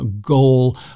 goal